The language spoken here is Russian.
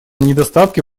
недостатки